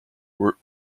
were